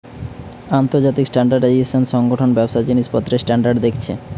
আন্তর্জাতিক স্ট্যান্ডার্ডাইজেশন সংগঠন ব্যবসার জিনিসপত্রের স্ট্যান্ডার্ড দেখছে